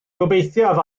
gobeithiaf